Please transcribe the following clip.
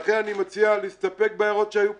לכן, אני מציע להסתפק בהערות שהיו פה.